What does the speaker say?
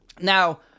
Now